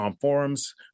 forums